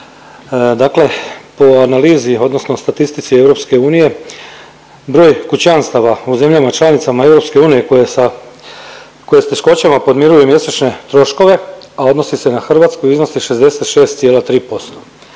dakle po analizi, odnosno statistici EU, broj kućanstava u zemljama članicama EU koje sa, koje s teškoćama podmiruju mjesečne troškove, a odnosi se na Hrvatsku, iznosi 66,3%.